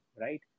right